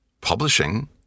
publishing